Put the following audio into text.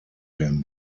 him